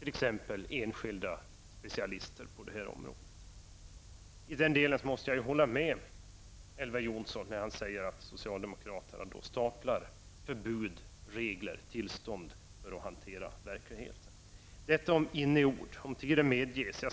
t.ex. enskilda specialister på detta område. I den delen måste jag hålla med Elver Jonsson när han säger att socialdemokraterna staplar förbud, regler och tillstånd på varandra då de hanterar verkligheten. Det är vad jag ville ha sagt om detta med inneord.